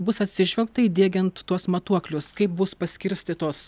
bus atsižvelgta įdiegiant tuos matuoklius kaip bus paskirstytos